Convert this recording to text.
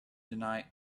deny